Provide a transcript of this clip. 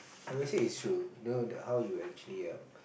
I would say it's true you know the how you actually um